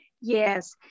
Yes